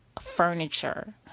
Furniture